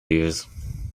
beers